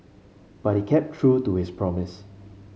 but he kept true to his promise